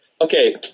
okay